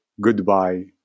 goodbye